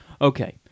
Okay